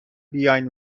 بیاین